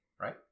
right